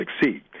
succeed